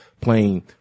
playing